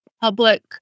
public